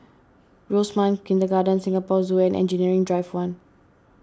Rosemount Kindergarten Singapore Zoo and Engineering Drive one